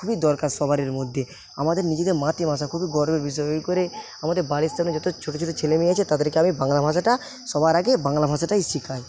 খুবই দরকার সবারের মধ্যে আমাদের নিজেদের মাতৃভাষা খুবই গর্বের বিষয় ওই করে আমাদের বাড়ির সামনে যতো ছোটো ছোটো ছেলেমেয়ে আছে তাদেরকে আমি বাংলা ভাষাটা সবার আগে বাংলা ভাষাটাই শিখাই